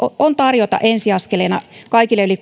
on tarjota ensiaskeleena kaikille yli